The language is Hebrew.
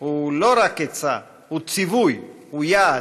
הוא לא רק עצה, הוא ציווי, הוא יעד.